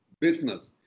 business